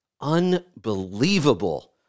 Unbelievable